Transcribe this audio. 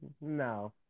No